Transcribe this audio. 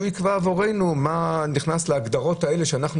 שהוא יקבע עבורנו מה נכנס להגדרות האלה שאנחנו